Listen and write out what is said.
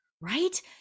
right